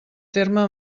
terme